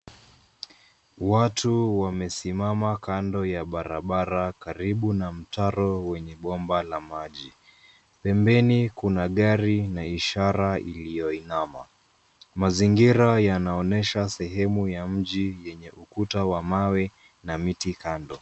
Watu wamesimama kando ya barabara karibu na mtaro wenye bomba la maji. Pembeni kuna gari na ishara iliyoinama, mazingira yanaonyesha sehemu ya mji yenye ukuta wa mawe na miti kando.